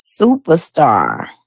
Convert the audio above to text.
Superstar